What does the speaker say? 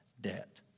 debt